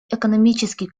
экономический